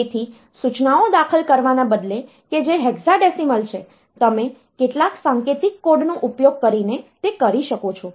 તેથી સૂચનાઓ દાખલ કરવાને બદલે કે જે હેક્સાડેસિમલ છે તમે કેટલાક સાંકેતિક કોડનો ઉપયોગ કરીને તે કરી શકો છો